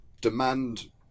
demand